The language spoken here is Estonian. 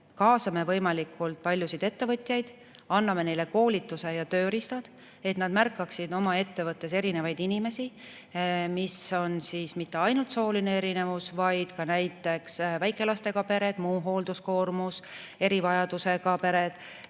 kaasame võimalikult paljusid ettevõtjaid, anname neile koolituse ja tööriistad, et nad märkaksid oma ettevõttes erinevaid inimesi – [see ei ole] ainult sooline erinevus, vaid ka näiteks väikelastega pered, muu hoolduskoormuse ja erivajadusega pered